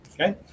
okay